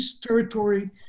territory